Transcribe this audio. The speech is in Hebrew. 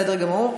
בסדר גמור.